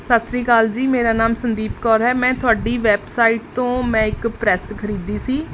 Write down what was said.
ਸਤਿ ਸ਼੍ਰੀ ਅਕਾਲ ਜੀ ਮੇਰਾ ਨਾਮ ਸੰਦੀਪ ਕੌਰ ਹੈ ਮੈਂ ਤੁਹਾਡੀ ਵੈੱਬਸਾਈਟ ਤੋਂ ਮੈਂ ਇੱਕ ਪ੍ਰੈੱਸ ਖ਼ਰੀਦੀ ਸੀ